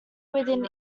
within